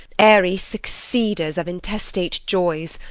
airy succeeders of intestate joys,